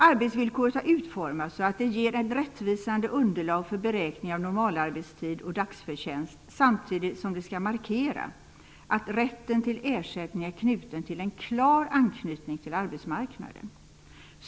Arbetsvillkoret har utformats så att det blir ett rättvisande underlag för beräkningen av normalarbetstiden och dagsförtjänsten samtidigt som det markerar att rätten till ersättning har en klar anknytning till arbetsmarknaden.